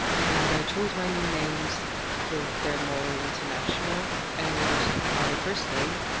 and i chose my new names because they're more international. and my first name,